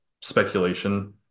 speculation